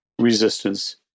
resistance